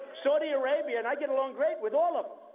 saudi arabia, and i get along great with all of